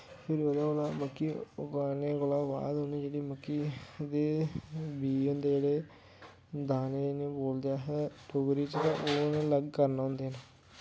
फिर ओह्दा कोला मक्की उगाने कोला बाद उनें जेह्ड़ी मक्की दे बीह् होंदे दाने उनें बोलदे अस डोगरी च ते ओह् उनें गी अलग करने होंदे न